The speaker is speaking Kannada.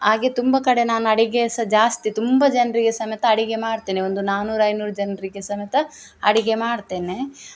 ಹಾಗೆ ತುಂಬ ಕಡೆ ನಾನು ಅಡುಗೆ ಸಹಾ ಜಾಸ್ತಿ ತುಂಬ ಜನರಿಗೆ ಸಮೇತ ಅಡುಗೆ ಮಾಡ್ತೇನೆ ಒಂದು ನಾನೂರು ಐನೂರು ಜನರಿಗೆ ಸಮೇತ ಅಡುಗೆ ಮಾಡ್ತೇನೆ